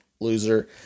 loser